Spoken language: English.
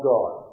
God